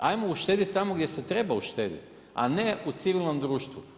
Hajmo uštediti tamo gdje se treba uštediti a ne u civilnom društvu.